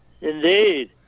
Indeed